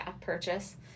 Purchase